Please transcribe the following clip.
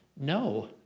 No